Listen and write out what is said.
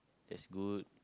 that's good